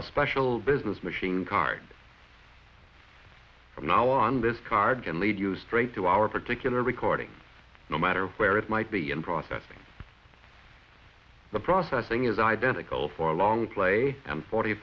a special business machine card from now on this card can lead you straight to our particular recording no matter where it might be in process the processing is identical for long play them forty